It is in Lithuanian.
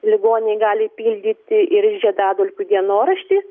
ligoniai gali pildyti ir žiedadulkių dienoraštį